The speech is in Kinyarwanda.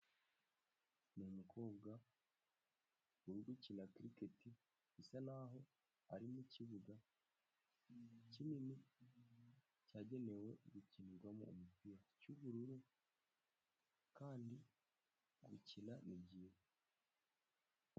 Umukobwa urigukina kiriketi. Bisa naho ari mukibuga kinini cyagenewe gukinirwamo umupira cy'ubururu.